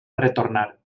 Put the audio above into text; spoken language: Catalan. retornar